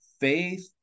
faith